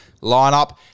lineup